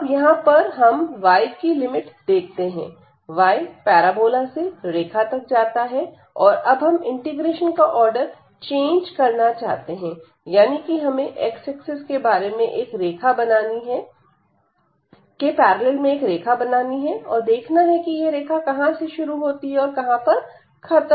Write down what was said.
तो अब यहां पर हम y की लिमिट देखते हैं y पैराबोला से रेखा तक जाता है और अब हम इंटीग्रेशन का आर्डर चेंज करना चाहते हैं यानी कि हमें x एक्सिस के बारे में एक रेखा बनानी है और देखना है कि यह रेखा कहां से शुरू होती है और कहां पर खत्म होती है